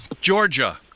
georgia